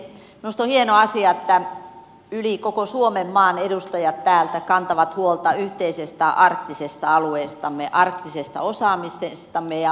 minusta on hieno asia että yli koko suomenmaan edustajat täältä kantavat huolta yhteisestä arktisesta alueestamme arktisesta osaamisestamme ja tutkimuksesta